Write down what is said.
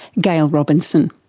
gail robinson.